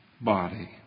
body